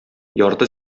ярты